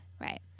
Right